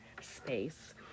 space